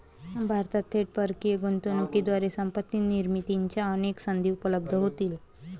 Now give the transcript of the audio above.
भारतात थेट परकीय गुंतवणुकीद्वारे संपत्ती निर्मितीच्या अनेक संधी उपलब्ध होतील